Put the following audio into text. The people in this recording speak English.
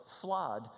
flawed